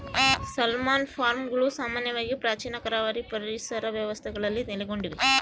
salmon ಫಾರ್ಮ್ಗಳು ಸಾಮಾನ್ಯವಾಗಿ ಪ್ರಾಚೀನ ಕರಾವಳಿ ಪರಿಸರ ವ್ಯವಸ್ಥೆಗಳಲ್ಲಿ ನೆಲೆಗೊಂಡಿವೆ